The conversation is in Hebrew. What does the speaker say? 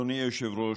אדוני היושב-ראש,